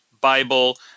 Bible